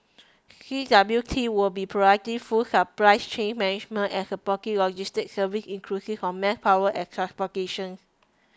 C W T will be providing full supplies chain management and supporting logistic services inclusive of manpower and transportation